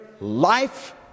life